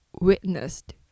witnessed